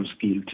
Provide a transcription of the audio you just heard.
guilty